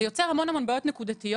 זה יוצר המון המון בעיות נקודתיות,